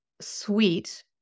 sweet